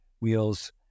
wheels